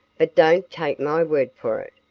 but don't take my word for it.